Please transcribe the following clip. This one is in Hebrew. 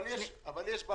לא